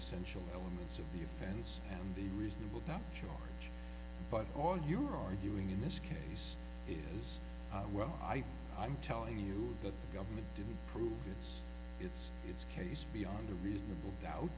essential elements of the offense and the reasonable doubt but all you're arguing in this case is well i i'm telling you the government didn't prove its its its case beyond a reasonable doubt